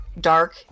dark